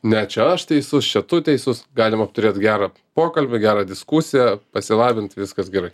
ne čia aš teisus čia tu teisus galima apturėt gerą pokalbį gerą diskusiją pasilabint viskas gerai